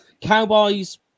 Cowboys